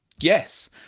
yes